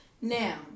Now